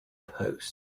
post